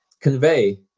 convey